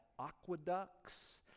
aqueducts